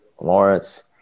Lawrence